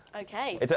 Okay